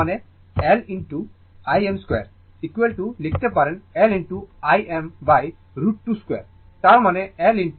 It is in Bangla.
তার মানে হাফ L this Im 2 লিখতে পারেন L Im√ 2 2 তার মানে L IRms 2